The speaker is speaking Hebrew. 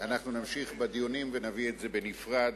אנחנו נמשיך בדיונים ונביא את זה בנפרד.